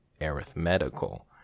arithmetical